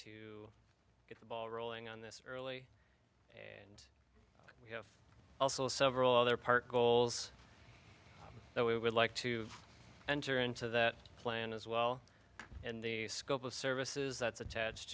to get the ball rolling on this early and we have also several other park goals that we would like to enter into that plan as well and the scope of services that's attached